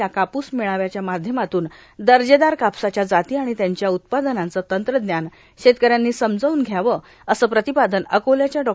या कापूस मेळाव्याच्या माध्यमात्न दर्जेदार कापसाच्या जाती आणि त्यांच्या उत्पादनाचं तंत्रज्ञान शेतकऱ्यांनी समजावून घ्यावं असं प्रतिपादन अकोल्याच्या डॉ